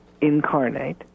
incarnate